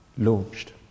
launched